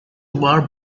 war